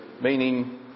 meaning